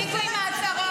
תפסיקו עם ההצהרות,